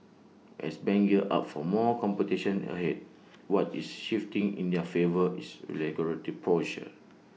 as banks gear up for more competition ahead what is shifting in their favour is regulatory posture